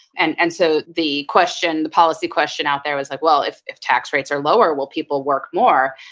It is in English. and and so the question, the policy question out there was like, well, if if tax rates are lower, will people work more?